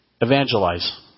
evangelize